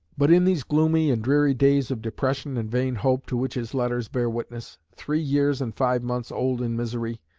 but in these gloomy and dreary days of depression and vain hope to which his letters bear witness three years and five months old in misery,